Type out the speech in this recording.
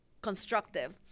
constructive